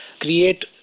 create